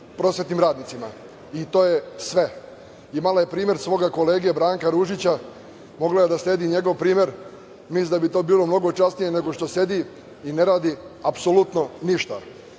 prosvetnim radnicima i to je sve. Imala je primer svoga kolege, Branka Ružića, mogla je da sledi njegov primer, mislim da bi to bilo mnogo časnije nego što sedi i ne radi apsolutno ništa. Hteo